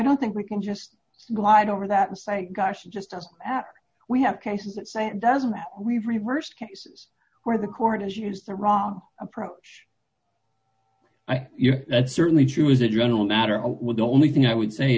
don't think we can just glide over that and say gosh just as we have cases that say it doesn't that we've reversed cases where the court is used the wrong approach that's certainly true as a general matter with the only thing i would say